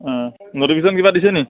অঁ নটিফিকেশ্যন কিবা দিছে নি